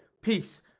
peace